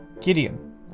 Gideon